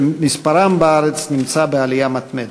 שמספרם בארץ בעלייה מתמדת.